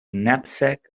knapsack